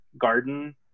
garden